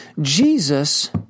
Jesus